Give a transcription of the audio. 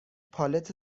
پالت